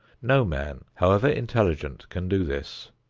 no man, however intelligent, can do this,